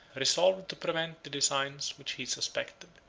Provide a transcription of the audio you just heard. resolved to prevent the designs which he suspected.